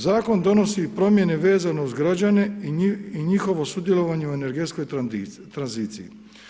Zakon donosi i promjene vezane uz građane i njihovo sudjelovanje u energetskoj tranziciji.